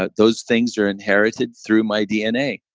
but those things were inherited through my dna,